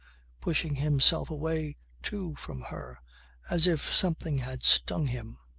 pushing himself away too from her as if something had stung him.